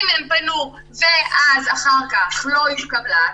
אם הם פנו ואחר כך לא התקבלה,